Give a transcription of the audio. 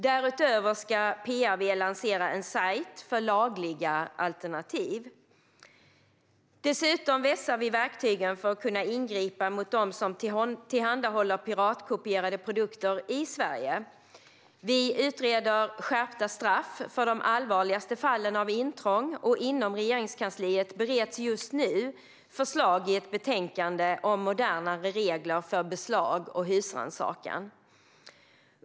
Därutöver ska PRV lansera en sajt för lagliga alternativ. Dessutom vässar vi verktygen för att kunna ingripa mot de som tillhandahåller piratkopierade produkter i Sverige. Vi utreder skärpta straff för de allvarligaste fallen av intrång, och inom Regeringskansliet bereds just nu förslag i ett betänkande om modernare regler för beslag och husrannsakan.